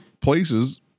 places